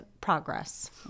Progress